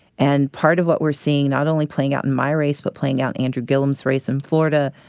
and part of what we're seeing not only playing out in my race but playing out andrew gillum's race in florida,